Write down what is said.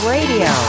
Radio